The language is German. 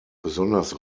besonders